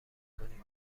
کنیم